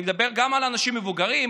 אני מדבר גם על אנשים מבוגרים,